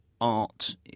art